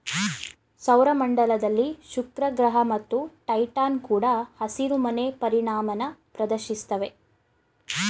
ಸೌರ ಮಂಡಲದಲ್ಲಿ ಶುಕ್ರಗ್ರಹ ಮತ್ತು ಟೈಟಾನ್ ಕೂಡ ಹಸಿರುಮನೆ ಪರಿಣಾಮನ ಪ್ರದರ್ಶಿಸ್ತವೆ